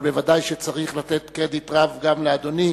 אבל ודאי שצריך לתת קרדיט רב גם לאדוני,